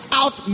out